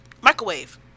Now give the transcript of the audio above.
microwave